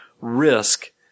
risk